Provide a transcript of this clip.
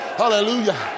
hallelujah